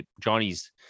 Johnny's